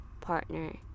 partner